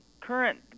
current